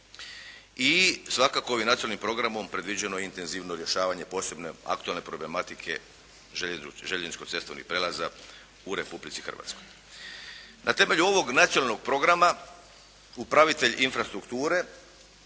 I svakako ovim nacionalnim programom predviđeno je intenzivno rješavanje posebne aktualne problematike željezničko-cestovnih prijelaza u Republici Hrvatskoj. Na temelju ovog nacionalnog programa upravitelj infrastrukture,